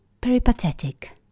Peripatetic